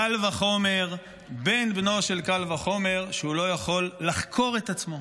קל וחומר בן בנו של קל וחומר שהוא לא יכול לחקור את עצמו.